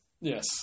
Yes